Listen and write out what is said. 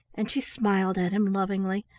and she smiled at him lovingly,